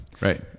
right